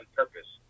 purpose